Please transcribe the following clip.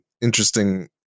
interesting